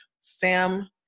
SAM